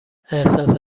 احساس